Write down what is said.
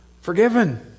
forgiven